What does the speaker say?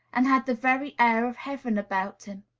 and had the very air of heaven about him.